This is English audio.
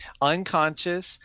unconscious